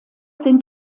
sind